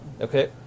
Okay